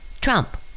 Trump